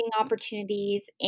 opportunities